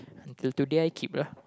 till today I keep lah